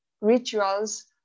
rituals